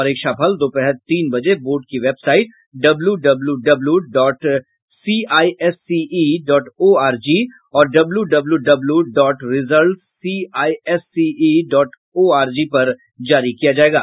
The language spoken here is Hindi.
परीक्षाफल दोपहर तीन बजे बोर्ड की website W W W W dot CISCE dot ORG और W W W dot results CISCE dot ORG पर जारी किया जायेगा